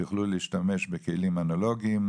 שיוכלו להשתמש בכלים אנלוגיים,